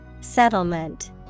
Settlement